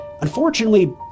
unfortunately